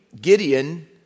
Gideon